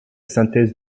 synthèse